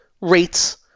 rates